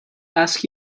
ask